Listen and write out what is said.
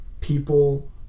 people